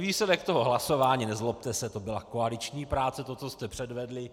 Výsledek toho hlasování, nezlobte se, to byla koaliční práce, to, co jste předvedli.